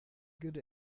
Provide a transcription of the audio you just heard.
good